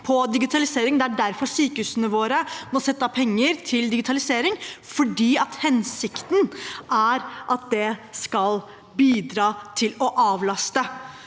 Det er derfor sykehusene våre må sette av penger til digitalisering. Hensikten er at det skal bidra til å avlaste.